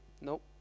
Nope